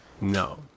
No